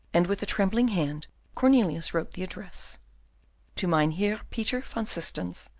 and with a trembling hand cornelius wrote the address to mynheer peter van systens,